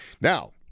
Now